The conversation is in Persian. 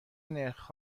نرخ